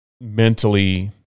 mentally